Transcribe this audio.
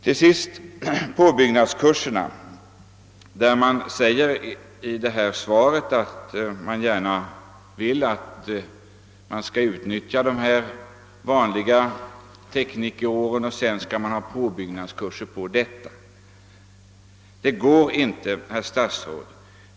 I slutet av sitt svar säger statsrådet att man bör utnyttja de vanliga teknikeråren och sedan ha påbyggnadskurser. Det går inte, herr statsråd.